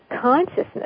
consciousness